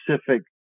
specific